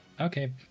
Okay